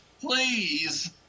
please